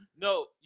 No